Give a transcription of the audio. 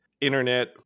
internet